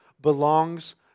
belongs